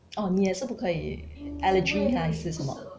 oh 你也是不可以 allergy 还是什么